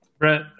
Brett